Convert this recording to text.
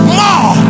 more